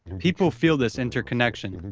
people feel this interconnection,